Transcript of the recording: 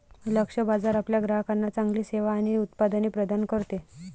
लक्ष्य बाजार आपल्या ग्राहकांना चांगली सेवा आणि उत्पादने प्रदान करते